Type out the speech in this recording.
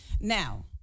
Now